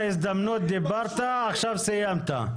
קיבלת הזדמנות, דיברת, עכשיו סיימת.